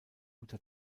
mutter